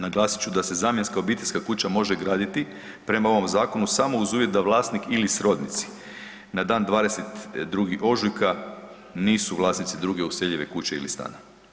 Naglasit ću da se zamjenska obiteljska kuća može graditi prema ovom zakonu, samo uz uvjet da vlasnik ili srodnici na dan 22. ožujka nisu vlasnici druge useljive kuće ili stana.